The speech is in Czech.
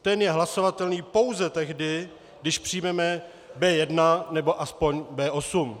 Ten je hlasovatelný pouze tehdy, když přijmeme B1 nebo aspoň B8.